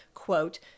quote